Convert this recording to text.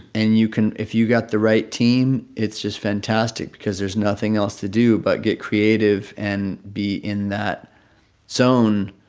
and you can if you got the right team, it's just fantastic because there's nothing else to do but get creative and be in that zone.